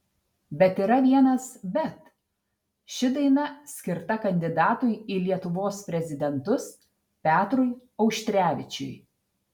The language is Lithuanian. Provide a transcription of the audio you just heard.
bet yra vienas bet ši daina skirta kandidatui į lietuvos prezidentus petrui auštrevičiui